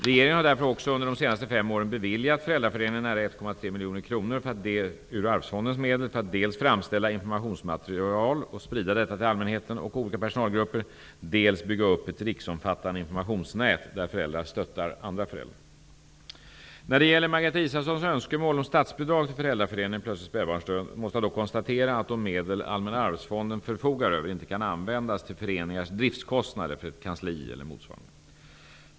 Regeringen har därför också under de senaste fem åren beviljat Allmänna arvsfonden för att dels framställa informationsmaterial och sprida detta till allmänheten och olika personalgrupper, dels bygga upp ett riksomfattande informationsnät där föräldrar stöttar andra föräldrar. När det gäller Margareta Israelssons önskemål om statsbidrag till Föräldraföreningen Plötslig spädbarnsdöd måste jag dock konstatera att de medel Allmänna arvsfonden förfogar över inte kan användas till föreningars driftskostnader för ett kansli eller motsvarande.